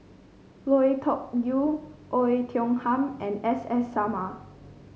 Lui Tuck Yew Oei Tiong Ham and S S Sarma